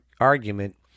argument